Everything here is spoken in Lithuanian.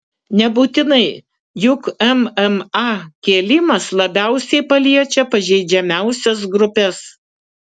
nebūtinai juk mma kėlimas labiausiai paliečia pažeidžiamiausias grupes